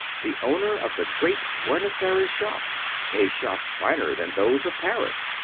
the owner of the great buenos aires shop a shop finer than those of paris.